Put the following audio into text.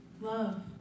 Love